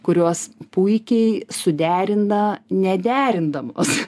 kurios puikiai suderina nederindamos